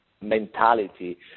mentality